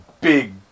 big